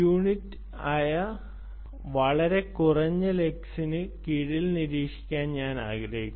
unit ആയ വളരെ കുറഞ്ഞ ലക്സിന് കീഴിൽ നിരീക്ഷിക്കാൻ ഞാൻ ആഗ്രഹിക്കുന്നു